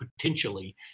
potentially